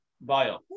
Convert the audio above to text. bio